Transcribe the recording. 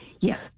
Yes